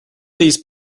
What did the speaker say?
these